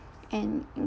and